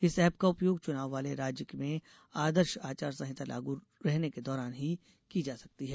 इस एप का उपयोग चुनाव वाले राज्य में आदर्श आचार संहिता लागू रहने के दौरान ही किया जा सकता है